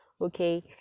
okay